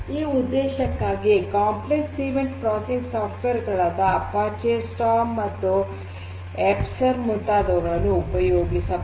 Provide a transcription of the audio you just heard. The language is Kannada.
ಈ ಉದ್ದೇಶಕ್ಕಾಗಿ ಕಾಂಪ್ಲೆಕ್ಸ್ ಇವೆಂಟ್ ಪ್ರೊಸೆಸಿಂಗ್ ಸಾಫ್ಟ್ವೇರ್ ಗಳಾದ ಅಪಾಚೆ ಸ್ಟಾರ್ಮ್ ಎಸ್ಪೆರ್ ಮುಂತಾದುವುಗಳನ್ನು ಉಪಯೋಗಿಸಬಹುದು